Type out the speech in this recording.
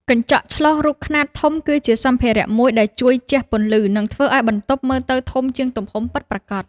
កញ្ចក់ឆ្លុះរូបខ្នាតធំ គឺជាសម្ភារៈមួយដែលជួយជះពន្លឺ និងធ្វើឱ្យបន្ទប់មើលទៅធំជាងទំហំពិតប្រាកដ។